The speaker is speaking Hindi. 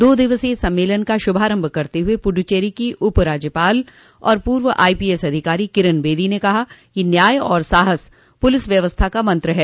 दो दिवसीय सम्मेलन का शुभारम्भ करते हुए पुद्दचेरी की उप राज्यपाल और पूर्व आई पी एस अधिकारी किरन बेदी ने कहा कि न्याय और साहस पुलिस व्यवस्था का मंत्र है